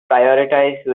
prioritize